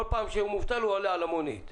כל פעם שמובטל, עולה על מונית.